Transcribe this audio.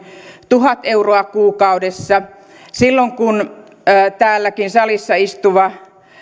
tuhat euroa kuukaudessa silloin kun täälläkin salissa istuva